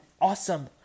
awesome